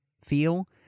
feel